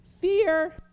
fear